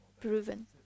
proven